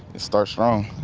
start strong